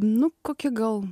nu kokie gal